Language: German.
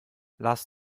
lars